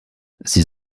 sie